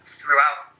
throughout